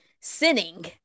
sinning